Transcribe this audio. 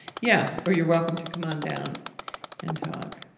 yeah? or you're welcome to come on down and talk.